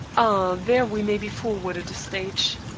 ah, there we may be forwarded a stage.